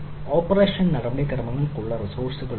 operation നടപടിക്രമമുള്ള റിസോഴ്സ്കളുണ്ട്